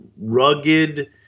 rugged